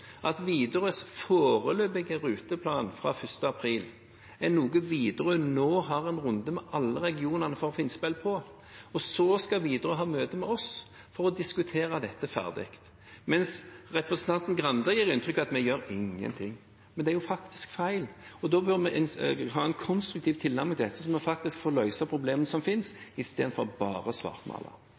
at Widerøes foreløpige ruteplan fra 1. april er noe Widerøe nå har en runde med alle regionene om for å få innspill til. Så skal Widerøe ha møte med oss for å diskutere dette ferdig – mens representanten Grande gir inntrykk av at vi gjør ingenting. Det er feil. Vi bør ha en konstruktiv tilnærming til dette, slik at vi får løst problemene som finnes, istedenfor bare å svartmale.